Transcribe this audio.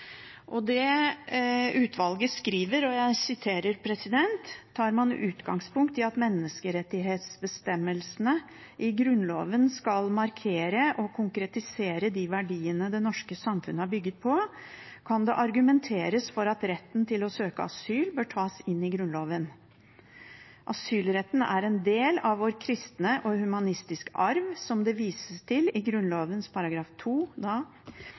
Utvalget skriver, og jeg siterer: «Tar man utgangspunkt i at menneskerettighetsbestemmelsene i Grunnloven skal markere og konkretisere de verdier det norske samfunn er bygget på, kan det argumenteres for at retten til å søke asyl bør tas inn i Grunnloven. Asylretten er en del av vår kristne og humanistiske arv, som det vises til i